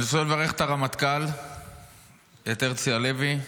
אני רוצה לברך את הרמטכ"ל הרצי הלוי,